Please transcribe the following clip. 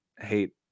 hate